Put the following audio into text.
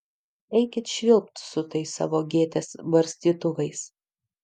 eikit švilpt su tais savo gėtės barstytuvais